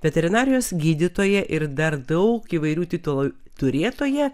veterinarijos gydytoja ir dar daug įvairių titulų turėtoja